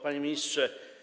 Panie Ministrze!